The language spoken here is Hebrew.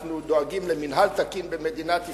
אנחנו דואגים למינהל תקין במדינת ישראל.